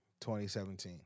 2017